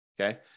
Okay